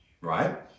right